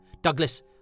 Douglas